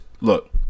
look